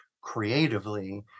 creatively